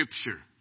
scripture